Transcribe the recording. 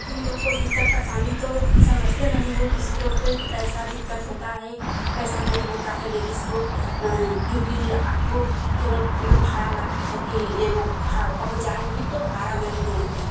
तुम लोग को दिक़्क़त परेशानी तो समझते नहीं हो किसी को के कैसा दिक़्क़त होता है कैसा नहीं होता हए लेडीस को क्यूोंकि आपको केवल केवल भाड़ा लगता है कि ए लोग भा पहुँच जाएँगी तो भाड़ा नहीं देंगी